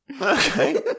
Okay